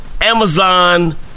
Amazon